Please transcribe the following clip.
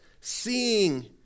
seeing